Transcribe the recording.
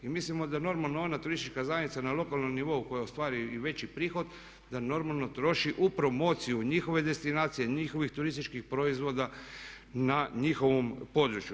I mislimo da normalno ona Turistička zajednica na lokalnom nivou koja ostvari i veći prihod da normalno troši u promociju, u njihove destinacije, njihovih turističkih proizvoda na njihovom području.